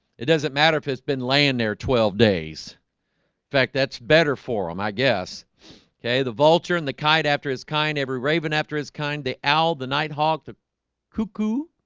it doesn't matter if it's been laying there twelve days fact that's better for them, um i guess okay, the vulture and the kite after his kind every raven after his kind. they all denied hawk the cuckoo